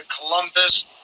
Columbus